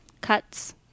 cuts